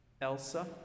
Elsa